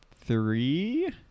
three